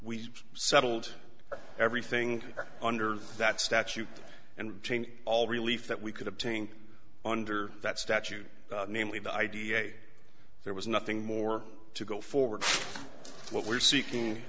we settled everything under that statute and chain all relief that we could obtain under that statute namely the idea there was nothing more to go forward what we're seeking